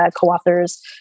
co-authors